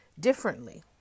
differently